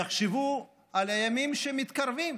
תחשבו על הימים שמתקרבים,